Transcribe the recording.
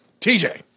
TJ